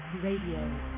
Radio